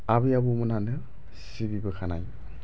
आबै आबौ मोनहानो सिबिबोखानाय